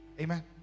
Amen